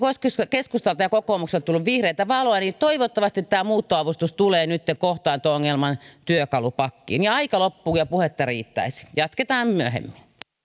keskustalta ja kokoomukselta tullut vihreätä valoa niin toivottavasti tämä muuttoavustus tulee nytten kohtaanto ongelman työkalupakkiin aika loppuu ja puhetta riittäisi jatketaan myöhemmin